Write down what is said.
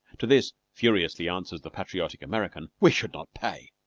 to this furiously answers the patriotic american we should not pay.